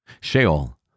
Sheol